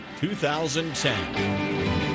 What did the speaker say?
2010